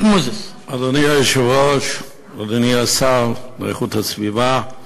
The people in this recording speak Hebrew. אדוני היושב-ראש, אדוני השר להגנת הסביבה,